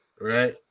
Right